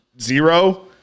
zero